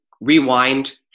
rewind